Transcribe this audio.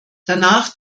danach